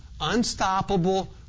Unstoppable